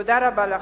תודה רבה לכם.